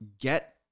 get